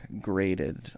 graded